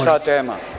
Šta tema?